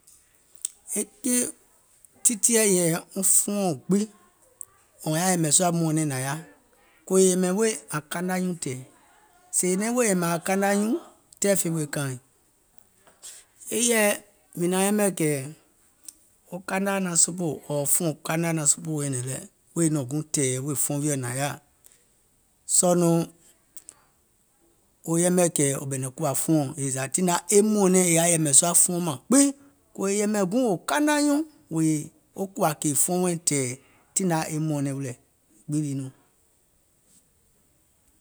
E keì titiɛ̀ yɛ̀ɛ wɔŋ fuɔɔ̀ŋ gbiŋ wɔ̀ŋ yaȧ yɛ̀mɛ̀ sùȧ mɔ̀ɔ̀nɛŋ nȧŋ yaȧ, kòò yè yɛ̀mɛ̀ weè ȧŋ kana nyuuŋ tɛ̀ɛ̀, sèè è naiŋ weè yɛ̀mɛ̀ aŋ kana nyuuŋ tɛɛ̀ fè weè kaaìŋ, e yèɛ mìŋ naŋ yɛmɛ̀ kɛ̀ wo kanaȧ naŋ sòpoò ɔ̀ɔ̀ fùɔ̀ŋ kanaȧ naŋ sòpoò nyɛ̀nɛ̀ŋ lɛ wèè nɔŋ guùŋ tɛ̀ɛ̀ wèè fuɔŋ wiɔ̀ nȧŋ yaȧ, sɔɔ̀ nɔŋ wo yɛmɛ̀ kɛ̀ wò ɓɛ̀nɛ̀ŋ kùwȧ fuɔɔ̀ŋ yèè zȧ tiŋ nȧŋ yaȧ e mɔ̀ɔ̀nɛɛ̀ŋ è yaȧ yɛ̀mɛ̀ sùȧ fuɔŋ mȧŋ gbiŋ, kòò è yɛ̀mɛ̀ guùŋ wò kana nyuuŋ wèè wo kùwȧ kèè fuɔŋ wɛɛ̀ŋ tɛ̀ɛ̀, tiŋ nȧŋ yaȧ e mɔ̀ɔ̀nɛŋ wilɛ̀, e gbiŋ lii nɔŋ.